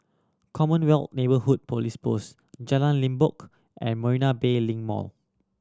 Commonwealth Neighbourhood Police Post Jalan Limbok and Marina Bay Link Mall